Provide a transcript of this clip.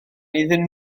iddyn